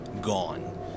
gone